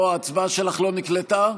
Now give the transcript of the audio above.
ההצבעה שלך לא נקלטה?